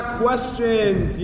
questions